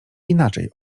inaczej